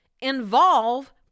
involve